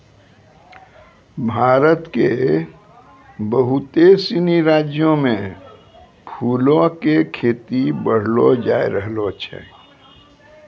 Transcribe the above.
भारत के बहुते सिनी राज्यो मे फूलो के खेती बढ़लो जाय रहलो छै